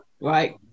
Right